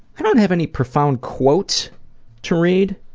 i don't have any profound quotes to read